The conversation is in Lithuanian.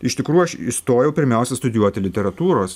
iš tikrųjų aš įstojau pirmiausia studijuoti literatūros